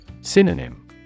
Synonym